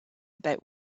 about